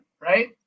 right